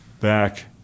back